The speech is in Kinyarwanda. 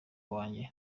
wanjye